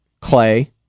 Clay